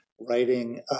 writing